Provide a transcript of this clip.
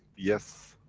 yes.